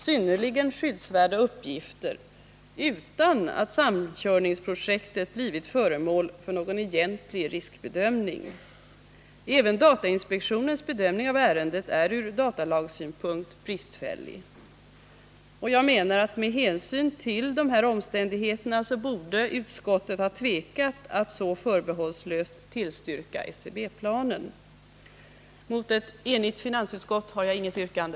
synnerligen skyddsvärda uppgifter utan att samkörningsprojektet blivit föremål för någon egentlig riskbedömning. Även datainspektionens bedömning av ärendet är från datalagssynpunkt bristfällig. Med hänsyn till nämnda omständigheter borde utskottet ha tvekat att så förbehållslöst tillstyrka SCB-planen. Mot ett enigt finansutskott har jag inget yrkande.